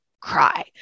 cry